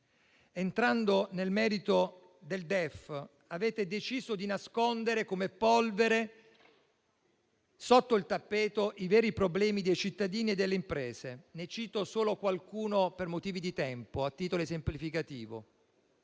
Entrando nel merito del DEF, avete deciso di nascondere, come polvere sotto il tappeto, i veri problemi dei cittadini e delle imprese. Ne cito solo qualcuno per motivi di tempo, a titolo esemplificativo: